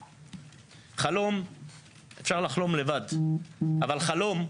חלום אפשר לחלום לבד, אבל חלום,